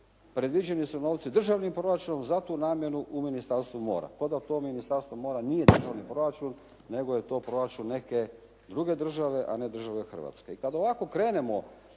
predviđeni su novci državnim proračunom za tu namjenu u Ministarstvu mora, pa da to Ministarstvo mora nije …/Govornik se ne razumije./… proračun, nego je to proračun neke druge države, a ne države Hrvatske. I kad ovako krenemo